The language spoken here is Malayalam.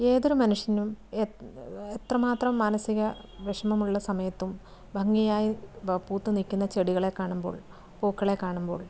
ഏതൊരു മനുഷ്യനും എത്രമാത്രം മാനസിക വിഷമമുള്ള സമയത്തും ഭംഗിയായി പൂത്തു നിൽക്കുന്ന ചെടികളെ കാണുമ്പോൾ പൂക്കളെ കാണുമ്പോൾ